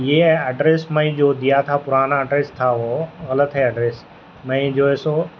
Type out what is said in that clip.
یہ ایڈریس میں جو دیا تھا پرانا ایڈریس تھا وہ غلط ہے ایڈریس میں جو ہے سو